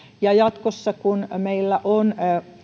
ja jatkossa kun meillä on